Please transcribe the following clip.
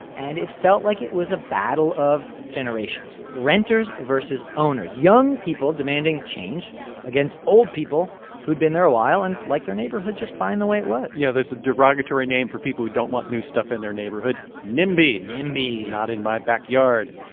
and it felt like it was a battle of generations renters versus owners, young people demanding change against old people who'd been there a while and liked their neighborhood just fine the way it was yeah, there's a derogatory name for people who don't want new stuff in their neighborhood nimbys nimbys not in my backyard.